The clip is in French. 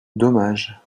dommage